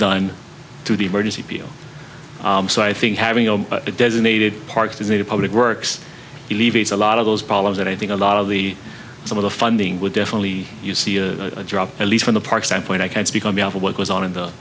done to the emergency appeal so i think having a designated parks in a public works leaves a lot of those problems that i think a lot of the some of the funding would definitely you see a drop at least from the park standpoint i can speak on behalf of what goes on in the